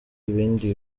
ibindi